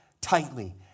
tightly